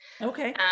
Okay